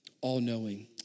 all-knowing